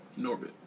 Norbit